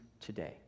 today